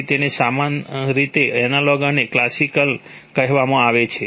તેથી તેને સમાન રીતે એનાલોગ અને ક્લાસિકલ કહેવામાં આવે છે